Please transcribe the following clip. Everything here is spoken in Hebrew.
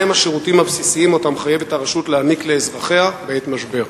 2. מה הם השירותים הבסיסיים שאותם חייבת הרשות להעניק לאזרחיה בעת משבר?